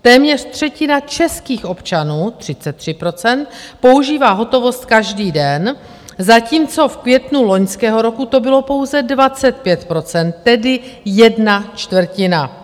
Téměř třetina českých občanů, 33 %, používá hotovost každý den, zatímco v květnu loňského roku to bylo pouze 25 %, tedy jedna čtvrtina.